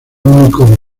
único